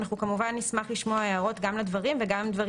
אנחנו כמובן נשמח לשמוע הערות גם לדברים וגם לדברים